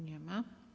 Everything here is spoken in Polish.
Nie ma.